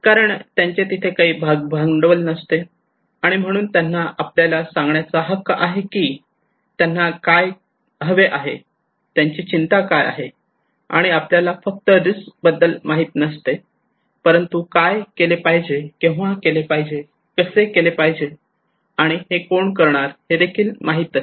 कारण त्यांचे तिथे काही भाग भांडवल नसते आणि म्हणून त्यांना आपल्याला सांगण्याचा हक्क आहे की त्यांना काय हवे आहे त्यांची चिंता काय आहे आणि आपल्याला फक्त रिस्क बद्दल माहित नसते परंतु काय केले पाहिजे केव्हा केले पाहिजे कसे केले पाहिजे आणि हे कोण करणार हे देखील माहीत असते